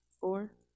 Four